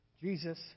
Jesus